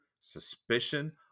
suspicion